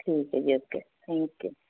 ਠੀਕ ਹੈ ਜੀ ਓਕੇ ਥੈਂਕ ਯੂ